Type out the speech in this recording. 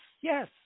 yes